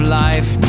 life